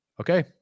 okay